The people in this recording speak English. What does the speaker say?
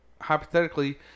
hypothetically